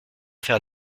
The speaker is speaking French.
faire